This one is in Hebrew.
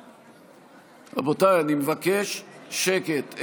רבותיי, אני מבקש שקט.